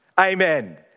Amen